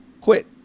quit